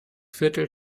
viertel